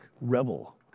rebel